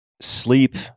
sleep